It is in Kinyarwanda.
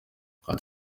ati